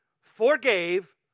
forgave